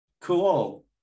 cool